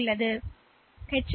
எனவே இந்த எச்